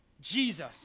Jesus